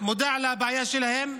מודע לבעיה שלהם,